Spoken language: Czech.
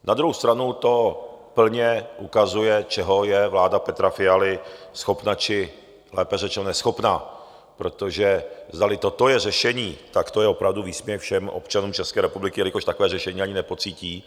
Na druhou stranu to plně ukazuje, čeho je vláda Petra Fialy schopná, či lépe řečeno neschopná, protože zdali toto je řešení, tak to je opravdu výsměch všem občanům České republiky, jelikož takové řešení ani nepocítí.